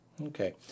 Okay